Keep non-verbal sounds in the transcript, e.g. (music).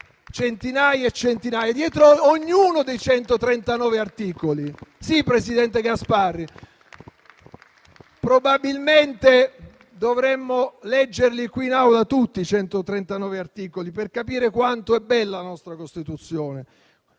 Resistenza, (applause) dietro ognuno dei 139 articoli. Sì, presidente Gasparri, probabilmente dovremmo leggerli qui in Aula tutti i 139 articoli per capire quanto è bella la nostra Costituzione.